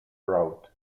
route